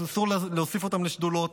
אסור להוסיף אותם לשדולות,